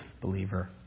believer